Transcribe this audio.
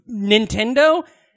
Nintendo